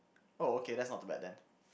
oh okay that's not too bad then